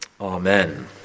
amen